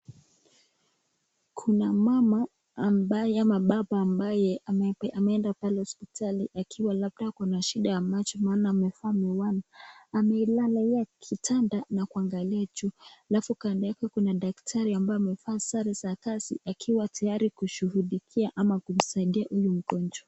Kuna mama ambaye ama baba ambaye ameenda pale hosipitali akiwa labda na shida ya macho amevalia miwani. Amelalia kwa kitanda na kuangalia juu alafu kando yake kuna daktari ambaye amevalia sare za kazi akiwa tayari kushughulikia ama kumsaidia huyu mgonjwa.